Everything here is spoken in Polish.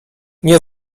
nie